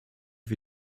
wie